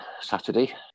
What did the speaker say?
Saturday